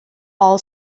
all